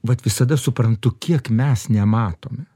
vat visada suprantu kiek mes nematom